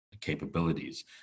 capabilities